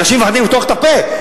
אנשים מפחדים לפתוח את הפה.